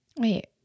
Wait